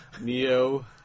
Neo